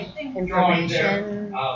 information